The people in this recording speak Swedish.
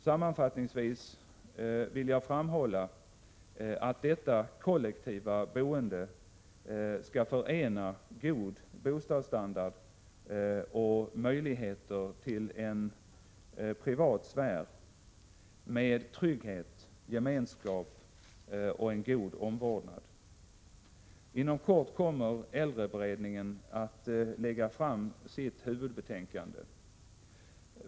Sammanfattningsvis vill jag framhålla att detta kollektiva boende skall förena god bostadsstandard och möjlighet till en privat sfär med trygghet, gemenskap och en god omvårdnad. Inom kort kommer äldreberedningen att lägga fram sitt huvudbetänkande.